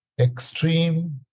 extreme